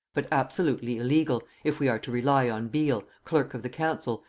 but absolutely illegal, if we are to rely on beal, clerk of the council,